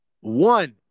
One